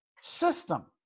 system